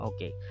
Okay